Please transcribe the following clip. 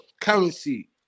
currency